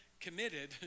committed